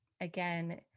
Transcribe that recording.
again